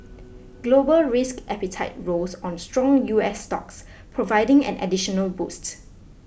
global risk appetite rose on strong U S stocks providing an additional boost